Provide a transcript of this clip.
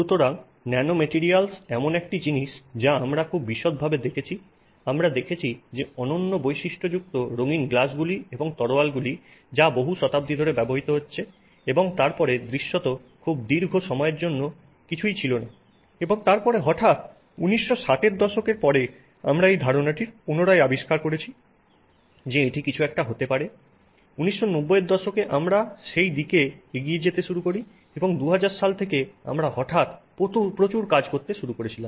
সুতরাং ন্যানোম্যাটরিয়ালস এমন একটি জিনিস যা আমরা খুব বিশদভাবে দেখেছি আমরা দেখেছি যে অনন্য বৈশিষ্ট্যযুক্ত রঙ্গিন গ্লাসগুলি এবং তলোয়ারগুলি যা বহু শতাব্দী ধরে ব্যবহৃত হচ্ছে এবং তারপরে দৃশ্যত খুব দীর্ঘ সময়ের জন্য কিছুই ছিল না এবং তারপরে হঠাৎ 1960 এর দশকের পরে আমরা এই ধারণাটি পুনরায় আবিষ্কার করেছি যে এটি কিছু একটা হতে পারে ১৯৯০ এর দশকে আমরা সেই দিকে এগিয়ে যেতে শুরু করি এবং ২০০০ সাল থেকে আমরা হঠাৎ করে প্রচুর কাজ শুরু করেছিলাম